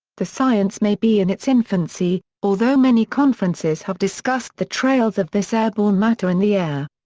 the science may be in its infancy, although many conferences have discussed the trails of this airborne matter in the air.